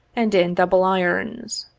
and in double irons.